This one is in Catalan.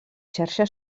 xarxes